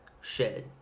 shed